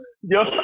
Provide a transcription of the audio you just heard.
Yo